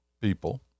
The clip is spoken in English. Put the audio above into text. people